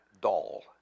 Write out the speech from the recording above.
doll